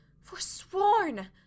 forsworn